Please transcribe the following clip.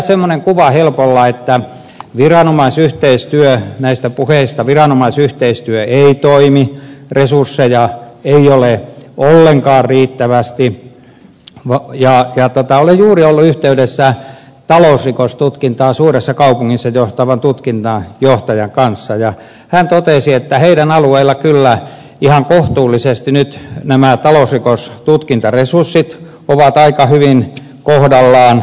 näistä puheista saa helposti sellaisen kuvan että viranomaisyhteistyö ei toimi resursseja ei ole ollenkaan riittävästi mutta olen juuri ollut yhteydessä talousrikostutkintaa suuressa kaupungissa johtavaan tutkinnan johtajaan ja hän totesi että heidän alueellaan nämä talousrikostutkintaresurssit ovat kyllä nyt aika hyvin kohdallaan